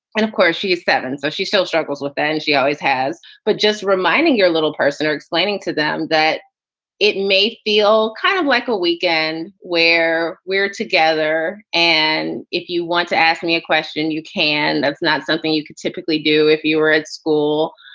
and of course, she is seven, so she still struggles with that and she always has. but just reminding your little person or explaining to them that it may feel kind of like a weekend where we're together. and if you want to ask me a question, you can. that's not something you could typically do if you were at school.